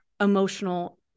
emotional